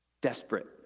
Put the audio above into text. Desperate